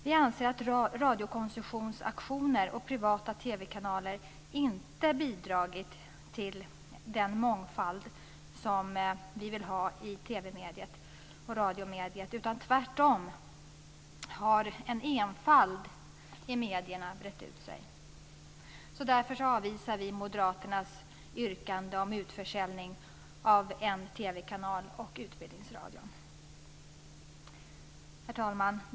Vi anser att radiokoncessionsaktioner och privata TV-kanaler inte har bidragit till den mångfald som vi vill ha i TV-mediet och radiomediet, utan tvärtom har en enfald i medierna brett ut sig. Därför avvisar vi moderaternas yrkande om utförsäljning av en TV Herr talman!